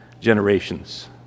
generations